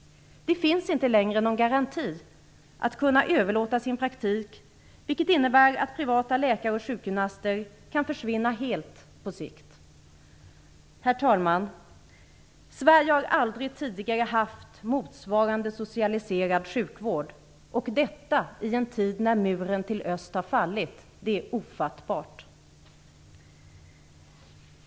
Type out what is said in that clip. Det finns inte längre någon garanti för att kunna överlåta sin praktik, vilket innebär att privata läkare och sjukgymnaster på sikt kan försvinna helt. Herr talman! Sverige har aldrig tidigare haft motsvarande socialiserad sjukvård, och detta i en tid när muren mot öst har fallit. Det är ofattbart.